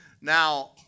Now